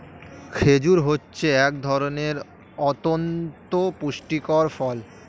খেজুর হচ্ছে এক ধরনের অতন্ত পুষ্টিকর ফল